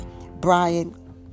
Brian